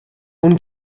اون